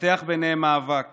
התפתח ביניהם מאבק